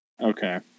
Okay